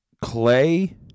Clay